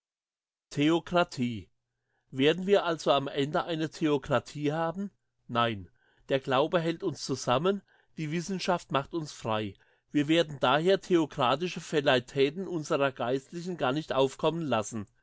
werden wir also am ende eine theokratie haben nein der glaube hält uns zusammen die wissenschaft macht uns frei wir werden daher theokratische velleitäten unserer geistlichen gar nicht aufkommen lassen